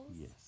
Yes